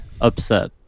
upset